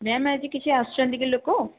ma'am ଆଜି କିଛି ଆସୁଛନ୍ତି କି ଲୋକ